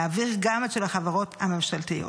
להעביר גם את של החברות הממשלתיות.